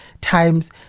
times